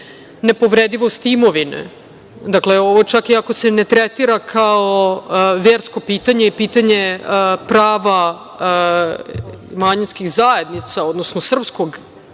nepovredivosti imovine. Dakle, ovo čak i ako se ne tretira kao versko pitanje i pitanje prava manjinskih zajednica, srpskog